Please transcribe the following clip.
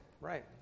right